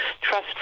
Trust